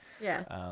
Yes